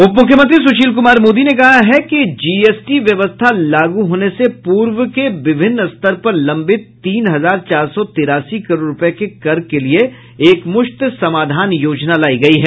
उप मुख्यमंत्री सुशील कुमार मोदी ने कहा कि जीएसटी व्यवस्था लागू होने से पूर्व के विभिन्न स्तर पर लंबित तीन हजार चार सौ तिरासी करोड़ रुपये के कर के लिए एकमुश्त समाधान योजना लाई गई है